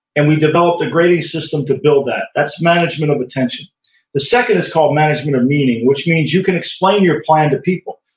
and we developed a grading system to build that. that's management of attention the second is called management of meaning, which means you can explain your plan to people.